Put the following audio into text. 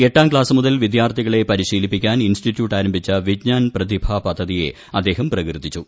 എട്ടാം ക്ലാസ്സ് മുതൽ വിദ്യാർത്ഥികളെ പരിശീലിപ്പിക്കാൻ ഇൻസ്റ്റിറ്റ്യൂട്ട് ആരംഭിച്ച വിജ്ഞാൻ പ്രതിഭ പദ്ധതിയെ അദ്ദേഹം പ്രകീർത്തിച്ചു